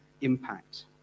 impact